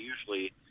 usually